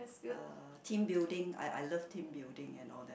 uh team building I I love team building and all that